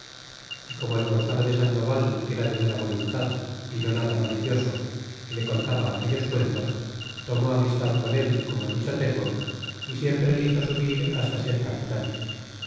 y como el gonzalo de sandoval era de buena voluntad y no nada malicioso y le contaba aquellos cuentos tomó amistad con él como dicho tengo y siempre le hizo subir hasta ser capitan